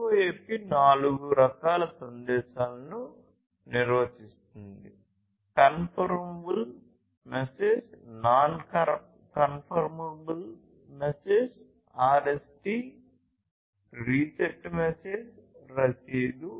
CoAP నాలుగు రకాల సందేశాలను నిర్వచిస్తుంది confirmable message non confirmable message RST reset message రసీదు